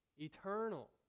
eternal